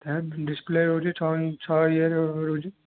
display ରହୁଛି ଛଅ ଛଅ ଇଏ ର ରହୁଛି